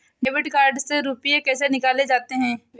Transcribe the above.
Debit card से रुपये कैसे निकाले जाते हैं?